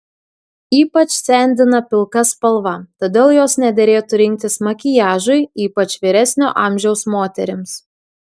ypač sendina pilka spalva todėl jos nederėtų rinktis makiažui ypač vyresnio amžiaus moterims